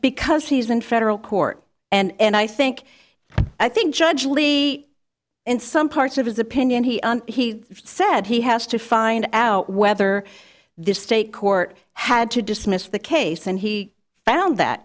because he's in federal court and i think i think judge lee in some parts of his opinion he he said he has to find out whether this state court had to dismiss the case and he found that